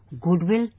goodwill